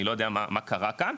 אני לא יודע מה קרה כאן,